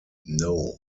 know